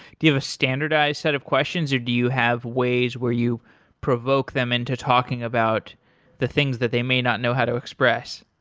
you have a standardized set of questions, or do you have ways where you provoke them into talking about the things that they may not know how to express?